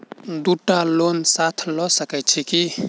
दु टा लोन साथ लऽ सकैत छी की?